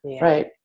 right